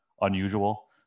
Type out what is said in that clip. unusual